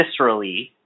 viscerally